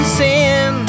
sin